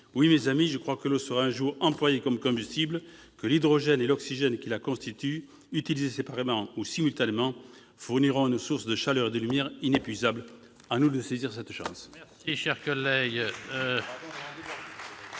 Oui, mes amis, je crois que l'eau sera un jour employée comme combustible, que l'hydrogène et l'oxygène qui la constituent, utilisés isolément ou simultanément, fourniront une source de chaleur et de lumière inépuisables. » À nous de saisir cette chance